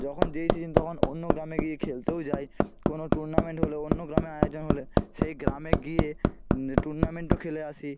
যখন যেই সিজিন তখন অন্য গ্রামে গিয়ে খেলতেও যাই কোনো টুর্নামেন্ট হলে অন্য গ্রামে আয়োজন হলে সেই গ্রামে গিয়ে টুর্নামেন্টও খেলে আসি